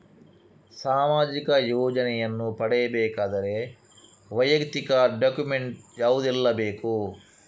ಸಾಮಾಜಿಕ ಯೋಜನೆಯನ್ನು ಪಡೆಯಬೇಕಾದರೆ ವೈಯಕ್ತಿಕ ಡಾಕ್ಯುಮೆಂಟ್ ಯಾವುದೆಲ್ಲ ಬೇಕು?